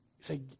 say